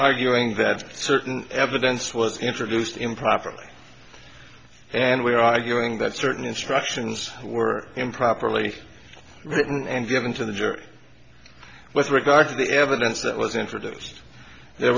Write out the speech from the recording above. arguing that certain evidence was introduced improperly and we're arguing that certain instructions were improperly written and given to the jury with regard to the evidence that was introduced there